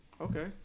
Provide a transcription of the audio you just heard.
okay